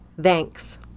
Thanks